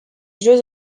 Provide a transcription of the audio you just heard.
jeux